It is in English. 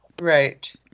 Right